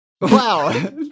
Wow